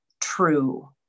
true